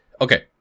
Okay